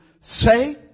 say